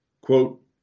Quote